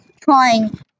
trying